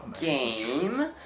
game